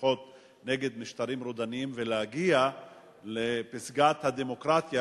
מהפכות נגד משטרים רודניים ולהגיע לפסגת הדמוקרטיה,